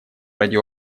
ради